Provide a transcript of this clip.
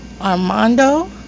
Armando